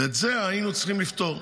ואת זה היינו צריכים לפתור.